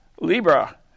Libra